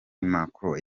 macron